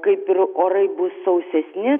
kaip ir orai bus sausesni